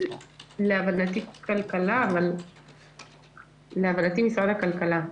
להבנתי משרד הכלכלה.